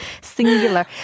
singular